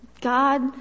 God